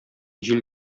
җил